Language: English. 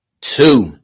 two